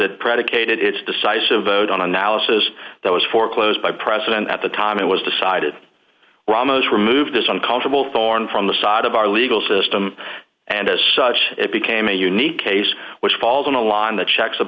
it predicated its decisive vote on analysis that was foreclosed by president at the time it was decided ramos remove this uncountable thorn from the side of our legal system and as such it became a unique case which falls on a line that checks